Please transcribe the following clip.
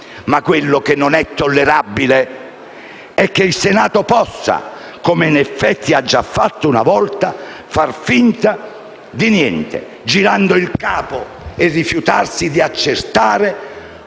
Ma quello che non tollerabile è che il Senato possa - come in effetti ha già fatto una volta - far finta di niente, girando il capo e rifiutandosi di accertare